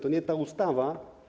To nie ta ustawa.